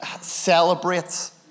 celebrates